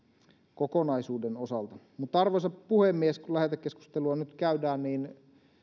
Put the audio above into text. kokonaisuuden osalta arvoisa puhemies kun lähetekeskustelua nyt käydään niin